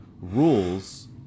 rules